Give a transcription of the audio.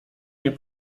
nie